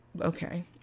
Okay